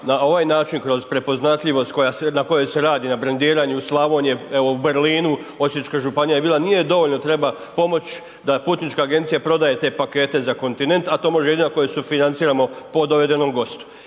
na ovaj način kroz prepoznatljivost na kojoj se radi, na brendiranju Slavonije, evo u Berlinu, Osječka županija je bila, nije dovoljno, treba pomoći da putnička agencija prodaje te pakete za kontinent, a to može jedino ako joj sufinanciramo po dovedenom gostu.